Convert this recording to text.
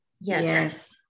yes